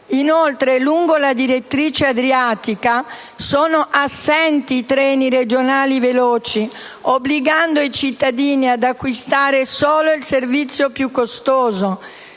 Inoltre, lungo la direttrice adriatica sono assenti i treni regionali veloci, e ciò obbliga i cittadini ad acquistare solo il servizio più costoso.